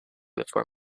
before